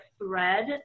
thread